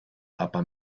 aber